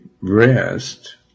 rest